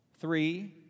three